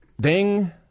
ding